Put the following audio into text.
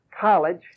college